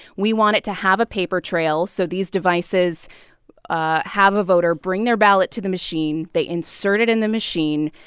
we want it to have a paper trail. so these devices ah have a voter bring their ballot to the machine. they insert it in the machine.